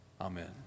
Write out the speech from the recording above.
Amen